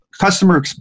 Customer